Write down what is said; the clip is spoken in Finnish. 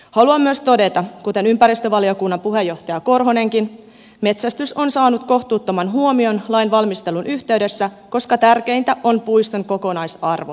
haluan myös todeta kuten ympäristövaliokunnan puheenjohtaja korhonenkin että metsästys on saanut kohtuuttoman huomion lain valmistelun yhteydessä koska tärkeintä on puiston kokonaisarvo omalle seudullemme